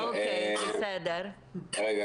סיכמנו